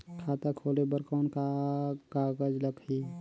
खाता खोले बर कौन का कागज लगही?